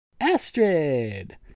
Astrid